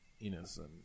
innocent